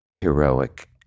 heroic